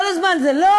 כל הזמן: זה לא,